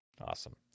Awesome